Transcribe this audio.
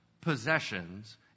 Possessions